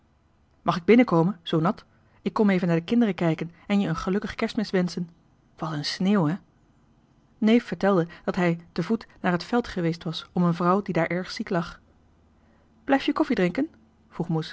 mag ik binnen komen zoo nat ik kom even naar de kinderen kijken en je een gelukkige kerstmis wenschen wat een sneeuw hè neef vertelde dat hij te voet naar het veld geweest was om een vrouw die daar erg ziek lag